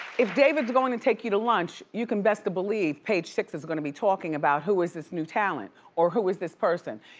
if david's going to take you to lunch, you can best to believe page six is gonna be talking about who is this new talent? or who is this person?